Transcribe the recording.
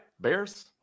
bears